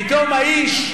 פתאום האיש,